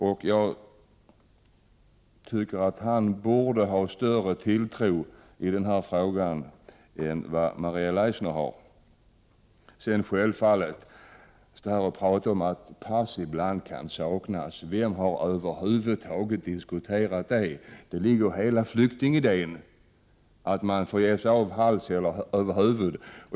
Jag tycker att man i den här frågan borde ha större tilltro till flyktingkommissarien än till Maria Leissner. Självfallet kan pass ibland saknas. Vem har över huvud taget ifrågasatt det? Det ligger ju i hela flyktingsituationen att man får ge sig av hals över huvud.